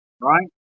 right